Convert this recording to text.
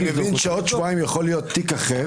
אני מבין שבעוד שבועיים יכול להיות תיק אחר